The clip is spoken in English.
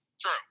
True